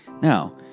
Now